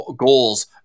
goals